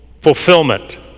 fulfillment